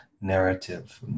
narrative